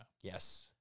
Yes